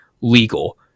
legal